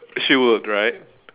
she would right